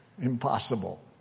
impossible